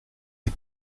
les